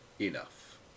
enough